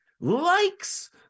likes